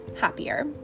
happier